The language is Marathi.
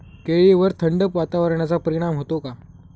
केळीवर थंड वातावरणाचा परिणाम होतो का?